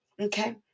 Okay